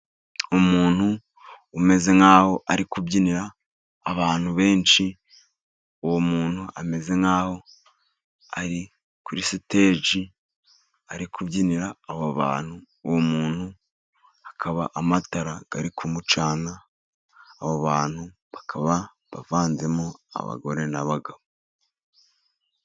Umuntu umeze nkaho ari kubyinira abantu benshi, uwo muntu ameze nkaho ari kuri siteji ari kubyinira aba bantu. Uwo muntu akaba amatara ari kumucana, abo bantu bakaba bavanzemo abagore n'abagabo.